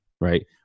right